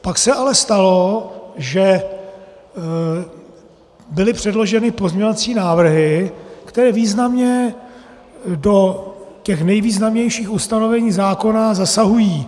Pak se ale stalo, že byly předloženy pozměňovací návrhy, které významně do těch nejvýznamnějších ustanovení zákona zasahují.